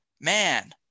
Man